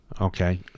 Okay